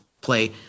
play